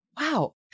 Wow